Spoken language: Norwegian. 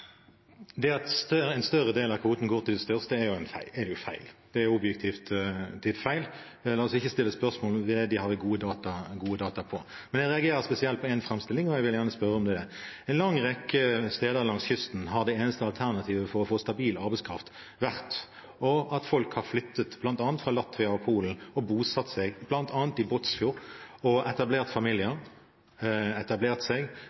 At en større del av kvotene går til de største, er objektivt feil. La oss ikke sette spørsmålstegn ved det. Dette har vi gode data på. Jeg reagerer spesielt på en framstilling, og jeg vil gjerne spørre om det: En lang rekke steder langs kysten har det eneste alternativet for å få stabil arbeidskraft vært at folk har flyttet fra bl.a. Latvia og Polen og bosatt seg bl.a. i Båtsfjord, etablert seg med familie og